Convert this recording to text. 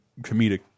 comedic